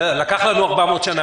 בסדר, לקח לנו 400 שנה.